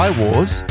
wars